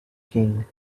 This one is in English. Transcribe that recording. king